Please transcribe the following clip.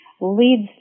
leads